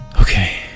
Okay